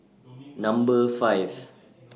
Number five